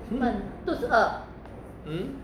mm